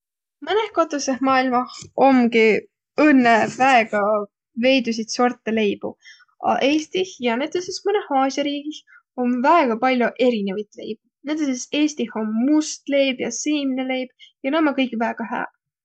Mõnõh kotussõh maailmah omgi õnnõ väega veidüsit sortõ leibu, a Eestih ja näütüses mõnõh Aasia riigih om väega pall'o erinevit leibi. Näütüses Eestih om must leib ja siimneleib ja naaq ommaq kõik väega hääq.